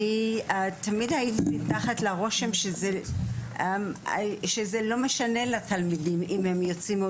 אני תמיד הייתי תחת הרושם שזה לא משנה לתלמידים אם הם יוצאים או